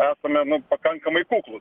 esame nu pakankamai kuklūs